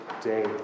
day